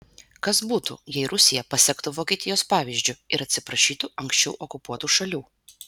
kas būtų jei rusija pasektų vokietijos pavyzdžiu ir atsiprašytų anksčiau okupuotų šalių